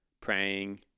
praying